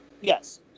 Yes